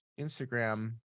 Instagram